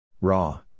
raw